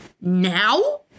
now